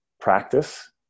practice